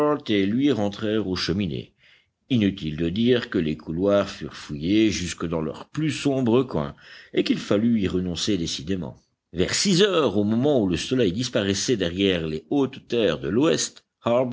lui rentrèrent aux cheminées inutile de dire que les couloirs furent fouillés jusque dans leurs plus sombres coins et qu'il fallut y renoncer décidément vers six heures au moment où le soleil disparaissait derrière les hautes terres de l'ouest